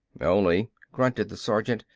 only, grunted the sergeant,